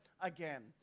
again